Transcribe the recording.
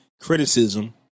criticism